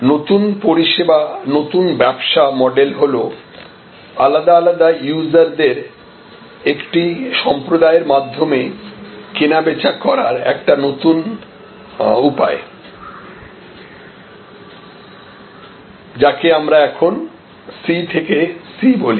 নতুন পরিষেবা নতুন ব্যবসা মডেল হল আলাদা আলাদা ইউজারদের একটি সম্প্রদায়ের মাধ্যমে কেনাবেচা করার একটা নতুন উপায় যাকে আমরা এখন C থেকে C বলি